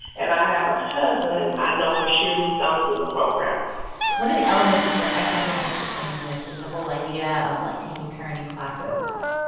and i have a cousin i know for sure who's gone through the program one of the elements that i find kind of interesting in this is the whole idea of, like, taking parenting classes.